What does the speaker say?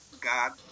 God